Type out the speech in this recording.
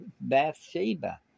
Bathsheba